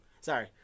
Sorry